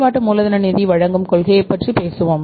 செயல்பாட்டு மூலதன நிதி வழங்கும் கொள்கையைப் பற்றி பேசுவோம்